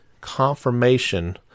confirmation